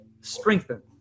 strengthen